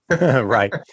Right